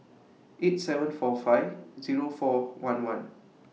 eight seven four five Zero four one one